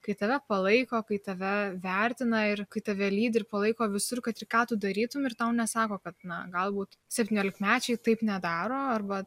kai tave palaiko kai tave vertina ir kai tave lydi ir palaiko visur kad ir ką tu darytum ir tau nesako kad na galbūt septyniolikmečiai taip nedaro arba